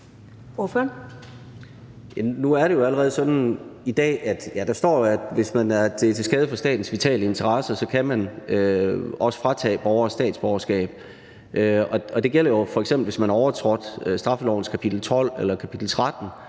hvis man er til skade for statens vitale interesser, kan statsborgerskabet blive frataget. Det gælder jo f.eks., hvis man har overtrådt straffelovens kapitel 12 eller kapitel